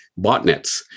botnets